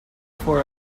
for